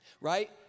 Right